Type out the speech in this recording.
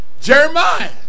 Jeremiah